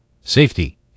safety